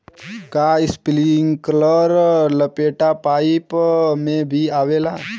का इस्प्रिंकलर लपेटा पाइप में भी आवेला?